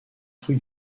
rues